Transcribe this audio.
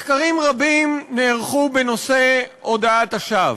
מחקרים רבים נערכו בנושא הודאת השווא.